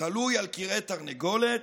תלוי על כרעי תרנגולת,